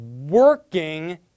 working